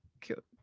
cute